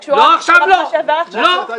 נתתם תשובה עדיין, גפני.